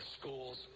schools